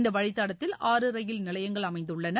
இந்த வழித்தடத்தில் அறு ரயில் நிலையங்கள் அமைந்துள்ளன